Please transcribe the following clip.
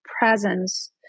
presence